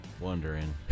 wondering